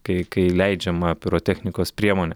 kai kai leidžiama pirotechnikos priemonė